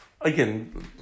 Again